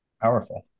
powerful